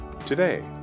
today